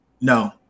No